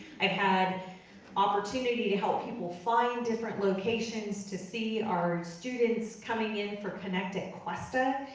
i've had opportunity to help people find different locations, to see our students coming in for connect ah cuesta,